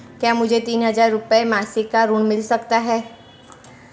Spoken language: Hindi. क्या मुझे तीन हज़ार रूपये मासिक का ऋण मिल सकता है?